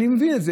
אני מבין את זה,